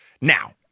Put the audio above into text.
Now